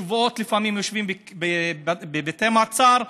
שבועות לפעמים יושבים בבתי מעצר,